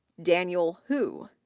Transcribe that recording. daniel hu,